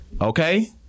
Okay